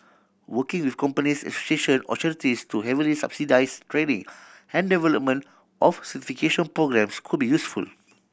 working with companies association or charities to heavily subsidise training and development of certification programmes could be useful